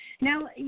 Now